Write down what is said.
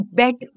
bet